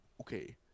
okay